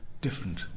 different